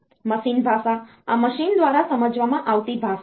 machine ભાષા આ machine દ્વારા સમજવામાં આવતી ભાષા છે